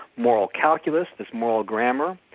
moral calculus this moral grammar.